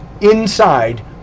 inside